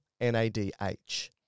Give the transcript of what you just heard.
NADH